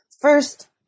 first